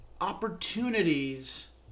opportunities